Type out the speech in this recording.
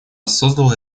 создало